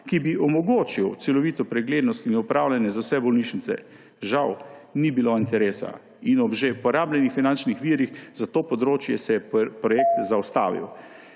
ki bi omogočil celovito preglednost in upravljanje za vse bolnišnice. Žal, ni bilo interesa in ob že porabljenih finančnih virih za to področje se je projekt zaustavil.